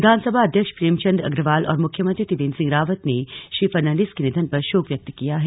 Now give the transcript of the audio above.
विधानसभा अध्यक्ष प्रेमचंद्र अग्रवाल और मुख्यमंत्री त्रिवेंद्र सिंह रावत ने श्री फर्नांडिस के निधन पर शोक व्यक्त किया है